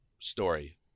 story